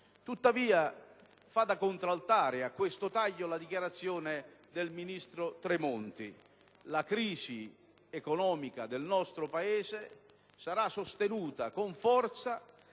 Tuttavia, fa da contraltare a questo taglio la dichiarazione del ministro Tremonti: la crisi economica del nostro Paese sarà sostenuta con forza